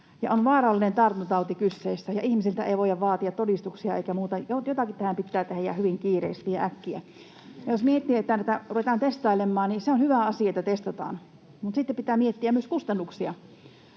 on vaarallinen tartuntatauti kyseessä ja ihmisiltä ei voida vaatia todistuksia eikä muuta. Jotakin tähän pitää tehdä ja hyvin kiireesti ja äkkiä. Ja jos miettii, että ruvetaan testailemaan, niin se on hyvä asia, että testataan, mutta sitten pitää miettiä myös kustannuksia.